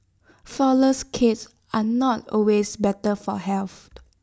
Flourless Cakes are not always better for health